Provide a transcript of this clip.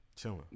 Chilling